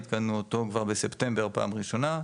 עדכנו אותו כבר בספטמבר פעם ראשונה,